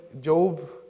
Job